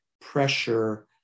pressure